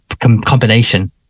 combination